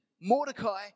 Mordecai